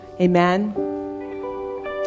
amen